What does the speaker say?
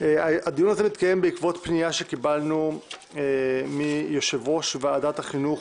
הדיון הזה מתקיים בעקבות פנייה שקיבלנו מיושב-ראש ועדת החינוך,